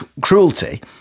cruelty